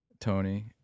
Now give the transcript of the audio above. Tony